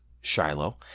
Shiloh